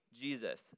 Jesus